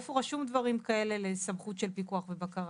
איפה רשומים דברים כאלה לסמכות של פיקוח ובקרה?